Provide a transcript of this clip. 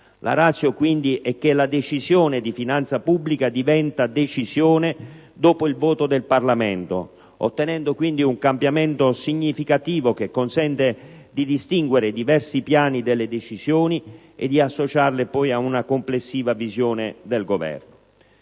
pertanto, è che la Decisione di finanza pubblica diventi tale dopo il voto del Parlamento, ottenendo quindi un cambiamento significativo che consente di distinguere i diversi piani delle decisioni e di associarle poi a una complessiva visione del Governo.